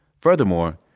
Furthermore